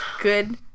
good